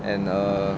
and err